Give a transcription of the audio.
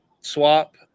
swap